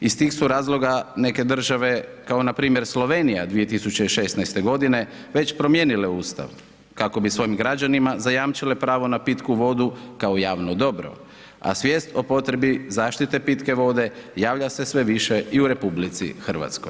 Iz tih su razloga neke države kao npr. Slovenija 2016. godine već promijenile ustav kako bi svojim građanima zajamčile pravo na pitku vodu kao javno dobro a svijest o potrebi zaštite pitke vode javlja se sve više i u RH.